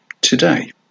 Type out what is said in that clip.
today